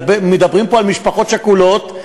מדברים פה על משפחות שכולות,